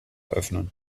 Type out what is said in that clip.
öffnen